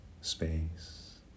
space